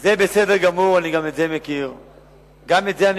זה בסדר גמור, גם את זה אני מכיר.